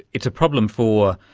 it's a problem for,